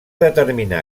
determinar